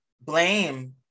blame